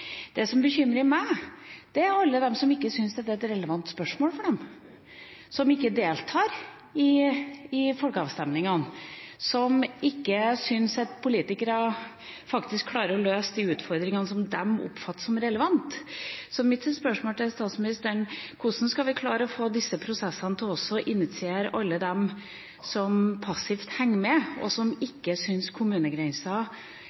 Det som bekymrer meg, er alle som ikke syns dette er et relevant spørsmål for dem, som ikke deltar i folkeavstemningene, og som ikke syns at politikere faktisk klarer å løse de utfordringene man oppfatter som relevant. Mitt spørsmål til statsministeren er hvordan vi skal klare å få disse prosessene til også å initiere alle dem som passivt henger med, og som